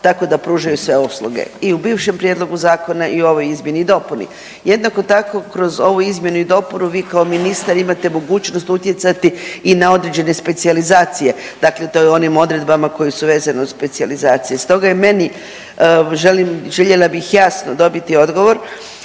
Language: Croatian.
tako da pružaju sve usluge. I u bivšem prijedlogu zakona i u ovoj izmjeni i dopuni. Jednako tako kroz ovu izmjenu i dopunu vi kao ministar imate mogućnost utjecati i na određene specijalizacije. Dakle, to je u onim odredbama koje su vezane uz specijalizacije. Stoga je meni, željela bih jasno dobiti odgovor